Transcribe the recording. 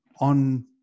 on